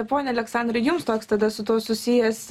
pone aleksandrai jums toks tada su tuo susijęs